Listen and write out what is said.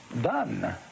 done